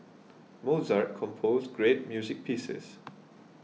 Mozart composed great music pieces